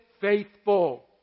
faithful